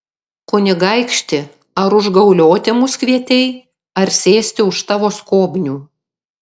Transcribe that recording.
kunigaikšti ar užgaulioti mus kvietei ar sėsti už tavo skobnių